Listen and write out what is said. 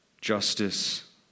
justice